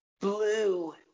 blue